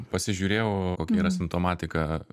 pasižiūrėjau kokia yra simptomatika